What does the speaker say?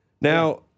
Now